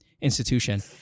institution